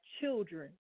children